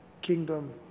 kingdom